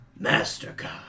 MasterCard